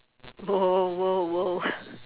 !whoa! !whoa! !whoa!